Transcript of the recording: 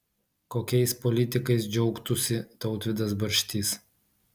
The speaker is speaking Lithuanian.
kokiais politikais džiaugtųsi tautvydas barštys